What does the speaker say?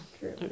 True